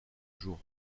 jour